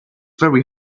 very